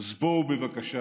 אז בואו בבקשה